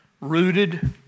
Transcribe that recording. rooted